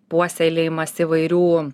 puoselėjimas įvairių